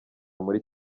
muri